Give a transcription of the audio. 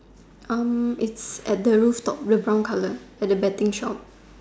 um it's at the roof top the brown color at the betting shop